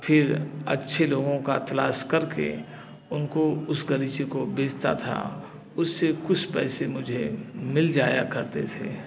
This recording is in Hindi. फिर अच्छे लोगों का तलाश करके उनको उस गलीचे को बेचता था उससे कुछ पैसे मुझे मिल जाया करते थे